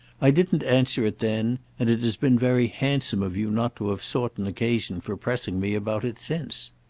i didn't answer it then, and it has been very handsome of you not to have sought an occasion for pressing me about it since.